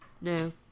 No